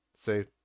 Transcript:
say